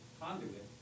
conduit